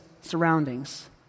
surroundings